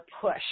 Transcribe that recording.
push